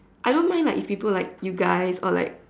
I don't mind like if people like you guys or like